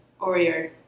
Oreo